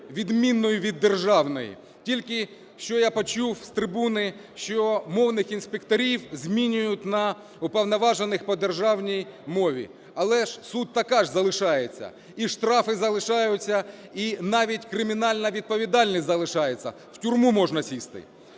відмінною від державної. Тільки що я почув з трибуни, що мовних інспекторів змінюють на уповноважених по державній мові. Але ж суть така ж залишається: і штрафи залишаються, і навіть кримінальна відповідальність залишається – в тюрму можна сісти.